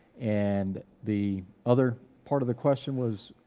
and the other part of the question was?